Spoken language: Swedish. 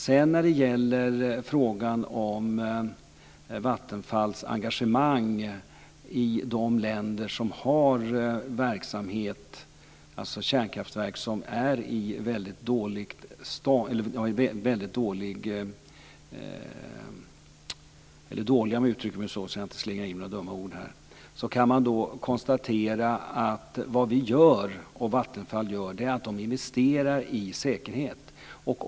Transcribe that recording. Vad gäller frågan om Vattenfalls engagemang i de länder som har dåliga kärnkraftverk kan man konstatera att vad vi och Vattenfall gör är att investera i säkerhet.